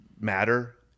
matter